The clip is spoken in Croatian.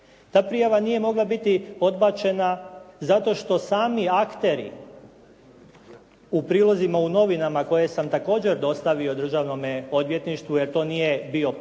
Ta prijava nije mogla biti odbačena zato što sami akteri u prilozima u novinama koje sam također dostavio državnom odvjetništvu jer to nije bio list